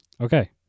Okay